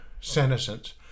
senescence